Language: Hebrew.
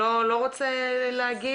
שאני לא אצטרך להתעסק לא עם